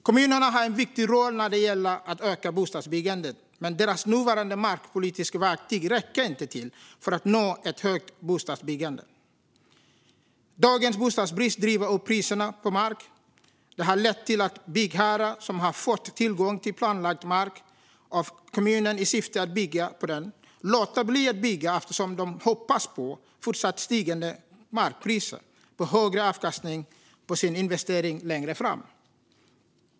Kommunerna har en viktig roll när det gäller att öka bostadsbyggandet, men deras nuvarande markpolitiska verktyg räcker inte till för att nå ett högt bostadsbyggande. Dagens bostadsbrist driver upp priserna på mark. Detta har lett till att byggherrar som har fått tillgång till planlagd mark av kommunen i syfte att bygga på den låter bli att bygga eftersom de hoppas på fortsatt stigande markpriser och högre avkastning på sin investering längre fram.